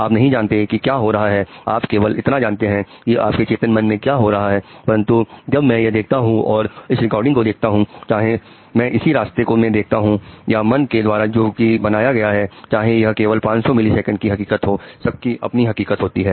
आप नहीं जानते कि क्या हो रहा है आप केवल इतना जानते हैं की आपके चेतन मन में क्या हो रहा है परंतु जब मैं यह देखता हूं और इस रिकॉर्डिंग को देखता हूं चाहे मैं इसी रास्ते में देखता हूं या मन के द्वारा जो कि बनाया गया है चाहे यह केवल 500 मिली सेकंड की हकीकत हो सबकी अपनी हकीकत होती है